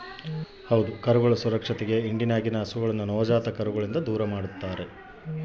ಕರುಗಳ ಸುರಕ್ಷತೆಗೆ ಹಿಂಡಿನಗಿನ ಹಸುಗಳನ್ನ ನವಜಾತ ಕರುಗಳಿಂದ ದೂರಮಾಡ್ತರಾ